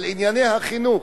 על ענייני החינוך.